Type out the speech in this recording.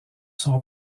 son